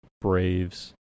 Braves